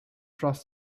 trust